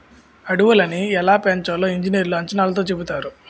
అడవులని ఎలా పెంచాలో ఇంజనీర్లు అంచనాతో చెబుతారు